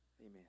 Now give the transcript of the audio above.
Amen